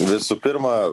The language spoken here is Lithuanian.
visų pirma